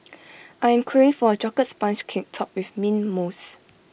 I am craving for A Chocolate Sponge Cake Topped with Mint Mousse